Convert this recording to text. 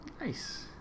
Nice